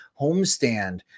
homestand